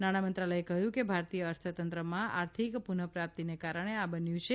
નાણાં મંત્રાલયે કહ્યું કે ભારતીય અર્થતંત્રમાં આર્થિક પુનપ્રાપ્તિને કારણે આ બન્યું છે